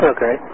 Okay